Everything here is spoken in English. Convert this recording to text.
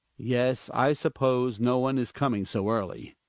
yes, i suppose no one is coming so early